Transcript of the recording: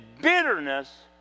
bitterness